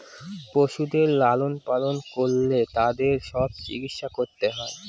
পশুদের লালন পালন করলে তাদের সব চিকিৎসা করতে হয়